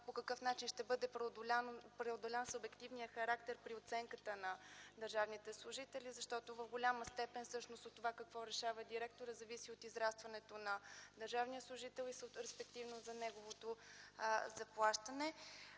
по какъв начин ще бъде преодолян субективният характер при оценката на държавните служители, защото в голяма степен всъщност от това, какво решава директорът, зависи от израстването на държавния служител, респективно за неговото заплащане.